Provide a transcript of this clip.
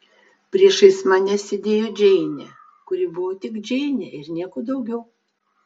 priešais mane sėdėjo džeinė kuri buvo tik džeinė ir nieko daugiau